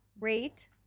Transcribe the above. rate